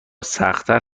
سختتر